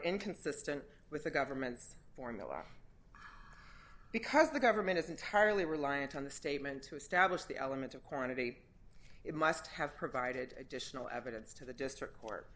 inconsistent with the government's formula because the government is entirely reliant on the statement to establish the element of quantity it must have provided additional evidence to the district court